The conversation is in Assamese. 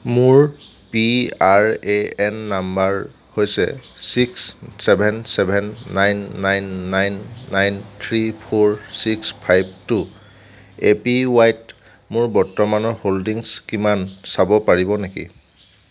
মোৰ P R A N number হৈছে six seven seven nine nine nine nine three four six five two A P Y ত মোৰ বৰ্তমানৰ হোল্ডিংছ কিমান চাব পাৰিব নেকি